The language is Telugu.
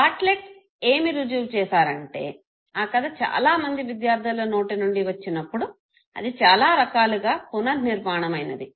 బార్ట్లెట్ ఏమి రుజువు చేసారంటే ఆ కధ చాలా మంది విద్యార్థుల నోటి నుండి వచ్చినప్పుడు అది చాలా రకాలుగా పుననిర్మాణమైనది